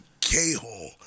K-hole